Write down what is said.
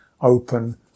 open